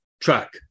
track